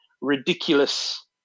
ridiculous